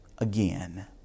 Again